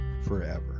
forever